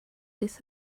this